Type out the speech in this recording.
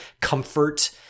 comfort